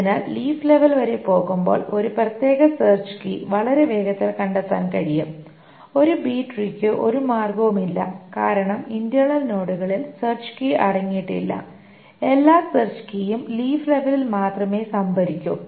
അതിനാൽ leaf level വരെ പോകുമ്പോൾ ഒരു പ്രത്യേക സെർച് കീ വളരെ വേഗത്തിൽ കണ്ടെത്താൻ കഴിയും ഒരു ബി ട്രീയ്ക്ക് ഒരു മാർഗവുമില്ല കാരണം ഇന്റെര്ണല് നോഡുകളിൽ സെർച് കീ അടങ്ങിയിട്ടില്ല എല്ലാ സെർച് കീയും ലീഫ് ലെവലിൽ മാത്രമേ സംഭരിക്കൂ